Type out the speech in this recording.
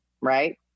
right